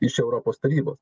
iš europos tarybos